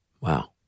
Wow